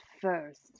first